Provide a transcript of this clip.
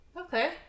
Okay